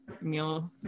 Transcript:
meal